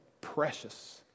precious